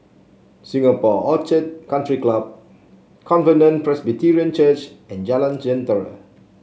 Singapore Orchid Country Club Covenant Presbyterian Church and Jalan Jentera